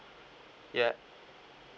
yeah